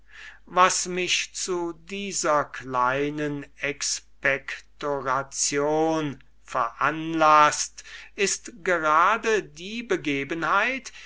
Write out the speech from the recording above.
was mich zu dieser kleinen expectoration veranlaßt ist gerade die begebenheit